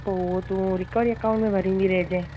पोइ तूं recovery account में भरींदी रहिजंइ